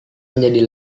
menjadi